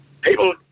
People